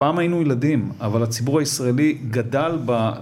פעם היינו ילדים אבל הציבור הישראלי גדל ב..